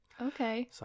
Okay